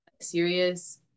serious